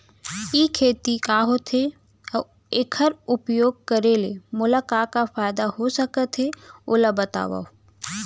ई खेती का होथे, अऊ एखर उपयोग करे ले मोला का का फायदा हो सकत हे ओला बतावव?